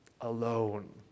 alone